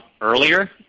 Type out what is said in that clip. earlier